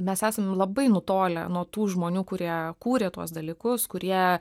mes esam labai nutolę nuo tų žmonių kurie kūrė tuos dalykus kurie